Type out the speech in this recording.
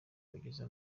kugeza